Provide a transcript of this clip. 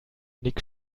nick